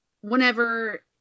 whenever